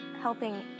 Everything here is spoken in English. helping